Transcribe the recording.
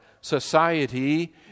society